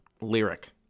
lyric